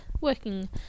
working